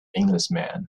englishman